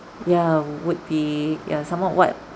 ya would be ya some more what